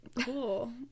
cool